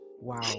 Wow